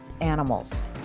animals